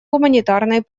гуманитарной